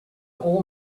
old